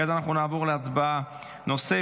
כעת אנחנו נעבור להצבעה נוספת,